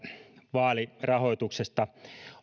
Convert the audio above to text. vaalirahoituksesta